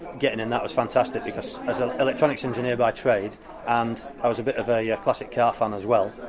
getting in that was fantastic because as an electronics engineer by trade and i was a bit of a yeah classic car fan as well,